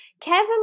kevin